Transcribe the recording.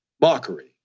mockery